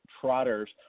Trotters